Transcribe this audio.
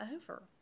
over